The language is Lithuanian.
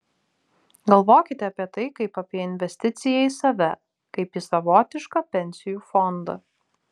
galvokite apie tai kaip apie į investiciją į save kaip į savotišką pensijų fondą